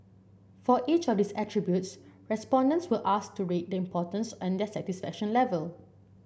for each of these attributes respondents will asked to rate the importance and their satisfaction level